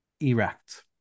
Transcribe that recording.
erect